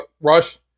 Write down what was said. Rush